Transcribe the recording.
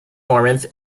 prominence